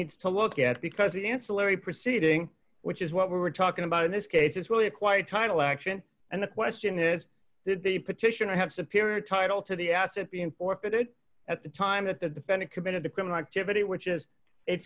needs to look at because the ancillary proceeding which is what we're talking about in this case is really quite title action and the question is did the petitioner have superior title to the assets being forfeited at the time that the defendant committed the criminal activity which is it